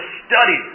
study